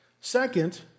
Second